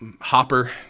Hopper